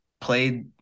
played